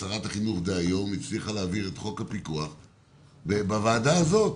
שרת החינוך הצליחה להעביר את חוק הפיקוח בוועדה הזאת.